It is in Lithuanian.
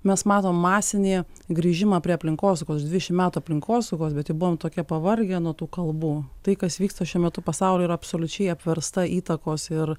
mes matom masinį grįžimą prie aplinkosaugos dvidešim metų aplinkosaugos bet buvom tokie pavargę nuo tų kalbų tai kas vyksta šiuo metu pasaulyje ir absoliučiai apversta įtakos ir